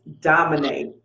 dominate